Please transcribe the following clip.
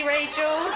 Rachel